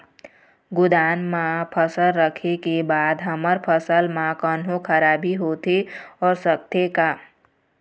गोदाम मा फसल रखें के बाद हमर फसल मा कोन्हों खराबी होथे सकथे का?